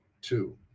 Two